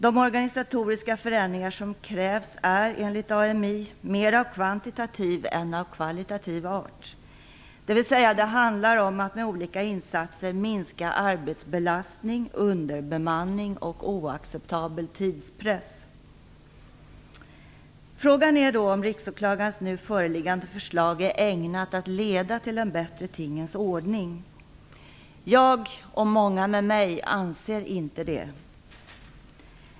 De organisatoriska förändringar som krävs är enligt AMI mera av kvantitativ än av kvalitativ art, dvs.. det handlar om att med olika insatser minska arbetsbelastning, underbemanning och oacceptabel tidspress. Frågan är då om Riksåklagarens nu föreliggande förslag är ägnat att leda till en bättre tingens ordning. Jag och många med mig anser inte det.